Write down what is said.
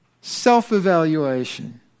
self-evaluation